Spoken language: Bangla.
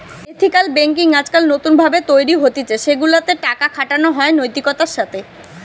এথিকাল বেঙ্কিং আজকাল নতুন ভাবে তৈরী হতিছে সেগুলা তে টাকা খাটানো হয় নৈতিকতার সাথে